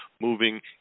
moving